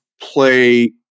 play